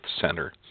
center